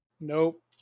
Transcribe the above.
Nope